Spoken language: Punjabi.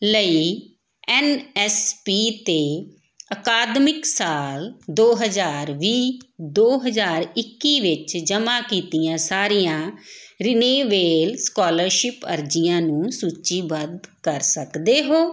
ਲਈ ਐੱਨ ਐੱਸ ਪੀ 'ਤੇ ਅਕਾਦਮਿਕ ਸਾਲ ਦੋ ਹਜ਼ਾਰ ਵੀਹ ਦੋ ਹਜ਼ਾਰ ਇੱਕੀ ਵਿੱਚ ਜਮ੍ਹਾਂ ਕੀਤੀਆਂ ਸਾਰੀਆਂ ਰੀਨੀਵੇਲ ਸਕੋਲਰਸ਼ਿਪ ਅਰਜ਼ੀਆਂ ਨੂੰ ਸੂਚੀਬੱਧ ਕਰ ਸਕਦੇ ਹੋ